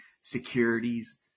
securities